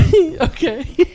Okay